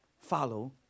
Follow